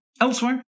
Elsewhere